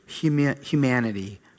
humanity